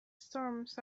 storms